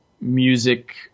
music